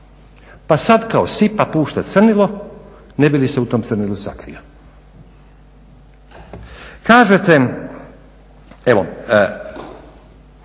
pa sad kao sipa pušta crnilo ne bi li se u tom crnilu sakrio. Kolega Šeks